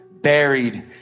buried